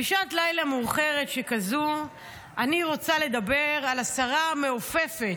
בשעת לילה מאוחרת שכזו אני רוצה לדבר על השרה המעופפת,